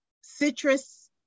citrus